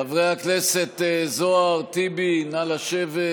חברי הכנסת זוהר, טיבי, נא לשבת.